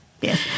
yes